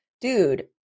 Dude